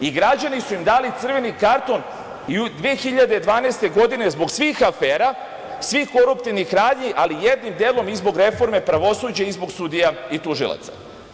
I građani su im dali crveni karton 2012. godine zbog svih afera, svih koruptivnih radnji, ali jednim delom i zbog reforme pravosuđa i zbog sudija i tužilaca.